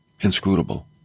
inscrutable